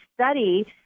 study—